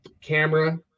camera